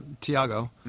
Tiago